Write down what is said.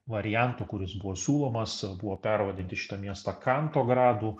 variantų kuris buvo siūlomas buvo pervadinti šitą miestą kantogradu